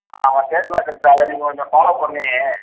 ஆ ஆமாம் கேட்லாக் இருக்கு அதை நீங்கள் கொஞ்சம் ஃபாலோ பண்ணி